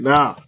Now